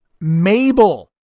Mabel